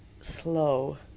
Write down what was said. slow